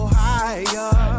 higher